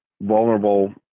vulnerable